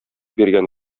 биргән